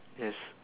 yes